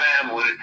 family